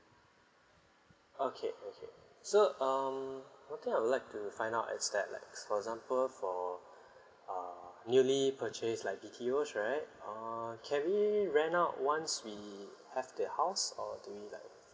okay okay so um one thing I would like to find out is that like for example for err newly purchased like B_T_Os right uh can we rent out once we have the house or do we like